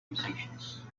decisions